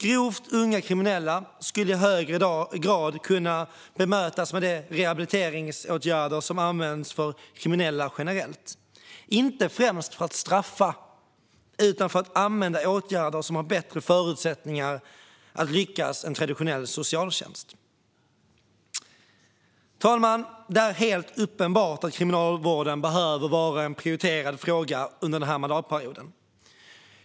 Grovt kriminella unga skulle i högre grad kunna bemötas med de rehabiliteringsåtgärder som används för kriminella generellt, inte främst för att straffa utan för att använda åtgärder som har bättre förutsättningar att lyckas än traditionell socialtjänst. Fru talman! Det är helt uppenbart att kriminalvården behöver vara en prioriterad fråga under denna mandatperiod.